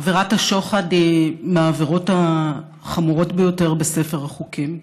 עבירת השוחד היא מהעבירות החמורות ביותר בספר החוקים,